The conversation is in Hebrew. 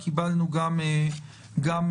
קיבלנו גם נתונים.